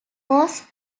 was